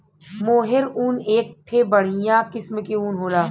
मोहेर ऊन एक ठे बढ़िया किस्म के ऊन होला